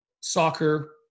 soccer